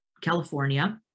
California